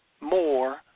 more